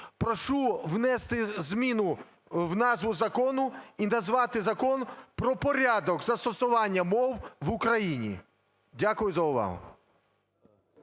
прошу внести зміну в назву закону. І назвати Закон – про порядок застосування мов в Україні. Дякую за увагу.